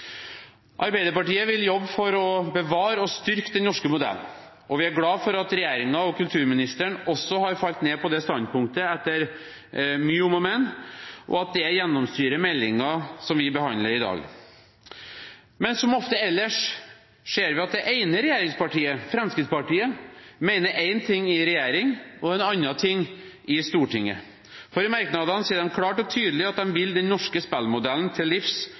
Arbeiderpartiet vil jobbe for å bevare og styrke den norske modellen. Vi er glad for at også regjeringen og kulturministeren har falt ned på det standpunktet, etter mye om og men, og at det gjennomsyrer meldingen som vi behandler i dag. Men som ofte ellers ser vi at det ene regjeringspartiet, Fremskrittspartiet, mener én ting i regjering og noe annet i Stortinget. I merknadene sier de klart og tydelig at de vil den norske spillmodellen til livs